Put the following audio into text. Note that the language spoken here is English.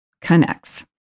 connects